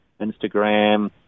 Instagram